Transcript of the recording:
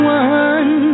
one